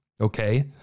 okay